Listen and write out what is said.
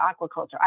aquaculture